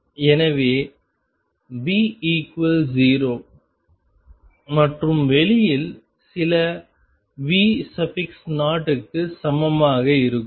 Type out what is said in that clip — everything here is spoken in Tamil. எனவே V 0 மற்றும் வெளியில் சில V0 க்கு சமமாக இருக்கும்